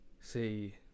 say